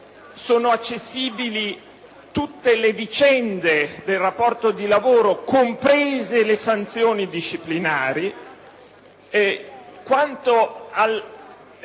delle retribuzioni, tutte le vicende del rapporto di lavoro, comprese le sanzioni disciplinari,